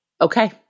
Okay